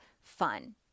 fun